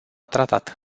tratat